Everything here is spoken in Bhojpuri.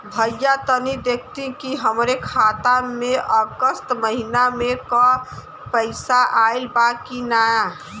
भईया तनि देखती की हमरे खाता मे अगस्त महीना में क पैसा आईल बा की ना?